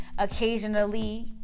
Occasionally